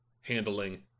handling